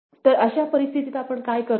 तर अशा परिस्थितीत आपण काय करतो